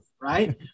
Right